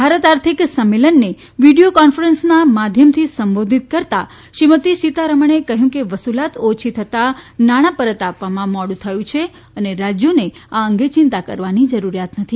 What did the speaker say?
ભારત આર્થિક સંમેલનને વિડીયો કોન્ફરન્સના માધ્યમથી સંબોધિત કરતા શ્રીમતી સીતારમણે કહ્યું કે વસુલાત ઓછી થતા નાણાં પરત આપવામાં મોડું થયું છે અને રાજ્યોને આ અંગે ચિંતા કરવાની જરૂરિયાત નથી